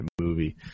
movie